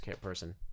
person